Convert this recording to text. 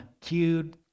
cute